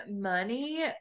money